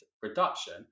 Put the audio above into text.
production